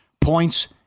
points